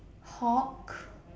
hawk